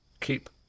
keep